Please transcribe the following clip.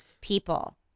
people